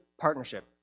partnership